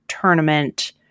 tournament